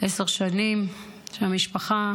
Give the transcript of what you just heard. עשר שנים שהמשפחה